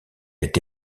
été